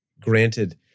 granted